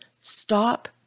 stop